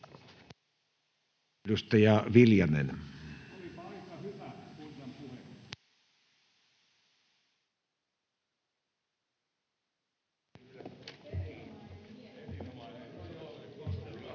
Edustaja Viljanen. [Speech